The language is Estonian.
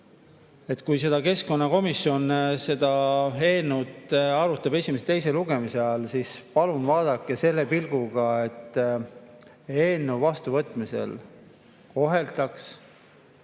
kui keskkonnakomisjon seda eelnõu arutab esimese ja teise lugemise vahel, siis palun vaadake selle pilguga, et seaduse vastuvõtmisel koheldaks